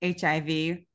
HIV